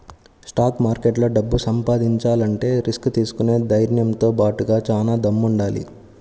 stock మార్కెట్లో డబ్బు సంపాదించాలంటే రిస్క్ తీసుకునే ధైర్నంతో బాటుగా చానా దమ్ముండాలి